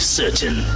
certain